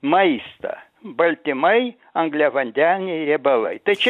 maistą baltymai angliavandeniai riebalai tai čia